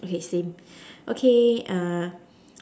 okay same okay